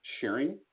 sharing